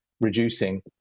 reducing